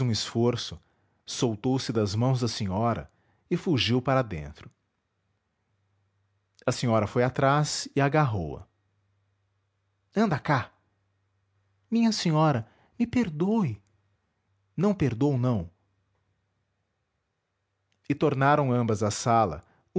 esforço soltou se das mãos da senhora e fugiu para dentro a senhora foi atrás e agarrou-a anda cá minha senhora me perdoe não perdôo não e tornaram ambas à sala